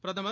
பிரதமர்